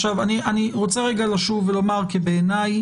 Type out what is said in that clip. עכשיו אני רוצה רגע לשוב ולומר שבעיניי